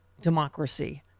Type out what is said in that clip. democracy